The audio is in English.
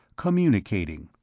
communicating,